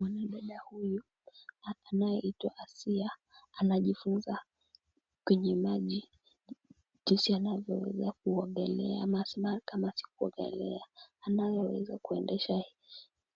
Mwanadada huyu anayeitwa Asiya anajifunza kwenye maji jinsi anavyoweza kuogelea ama sio kuogelea, anayoweza kuendesha